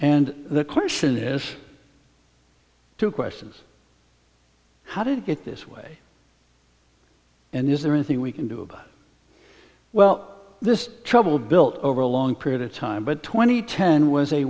and the question is two questions how did it get this way and is there anything we can do about well this troubled built over a long period of time but twenty ten was a